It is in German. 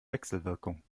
wechselwirkung